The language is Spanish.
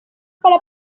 para